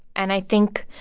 and i think